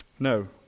No